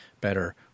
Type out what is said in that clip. better